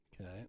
Okay